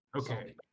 Okay